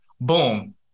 Boom